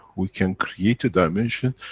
we can create a dimension,